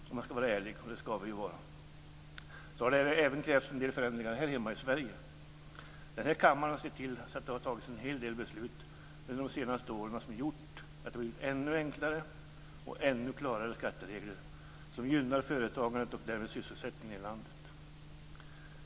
Om man ska vara ärlig, och det ska vi ju, har det även krävts en del förändringar här hemma i Sverige. Denna kammare har sett till så att det har tagits en hel del beslut under de senaste åren som har gjort att det blivit ännu enklare och ännu klarare skatteregler som gynnar företagandet och därmed sysselsättningen i landet. Fru talman!